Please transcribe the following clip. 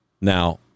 Now